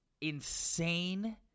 insane